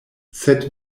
sed